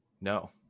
No